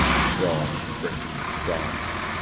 from britain, france,